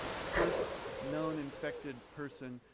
the first known infected person,